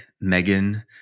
Megan